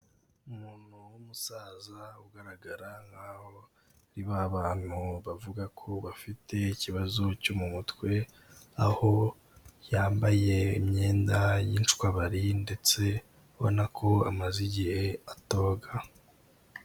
Umuntu w'umusaza ugaragara nk'aho, ari ba bantu bavuga ko bafite ikibazo cyo mu mutwe, aho yambaye imyenda y'incwabari ndetse ubona ko amaze igihe atoga.